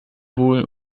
wohl